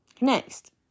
next